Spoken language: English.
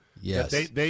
Yes